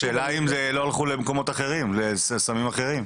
השאלה אם הם לא הלכו למקומות אחרים, לסמים אחרים?